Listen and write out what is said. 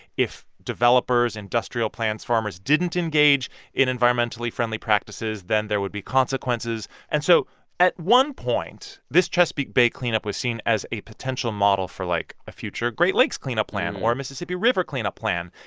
if developers, industrial plants, farmers didn't engage in environmentally friendly practices, then there would be consequences. and so at one point, this chesapeake bay cleanup was seen as a potential model for, like, a future great lakes cleanup plan or a mississippi river cleanup plan.